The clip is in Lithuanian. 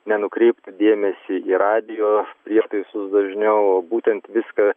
nenukreiptų dėmesį į radijo prietaisus dažniau o būtent viską